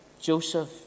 Joseph